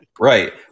Right